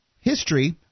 history